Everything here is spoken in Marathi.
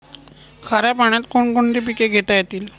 खाऱ्या पाण्यात कोण कोणती पिके घेता येतील?